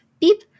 beep